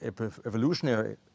evolutionary